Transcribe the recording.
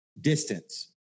distance